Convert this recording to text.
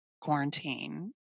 quarantine